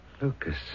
Lucas